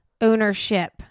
ownership